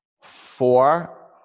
Four